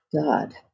God